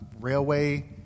Railway